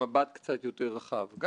הם מנהלים את הביטוחים שלנו.